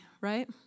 right